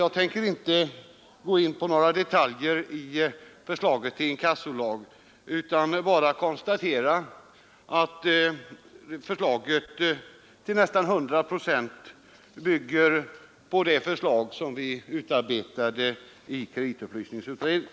Jag tänker inte gå in på några detaljer i förslaget till Nr 61 inkassolag, utan vill bara konstatera att der till hästan 100 procent bygger Torsdagen den på det förslag som vi utarbetade i kreditupplysningsutredningen.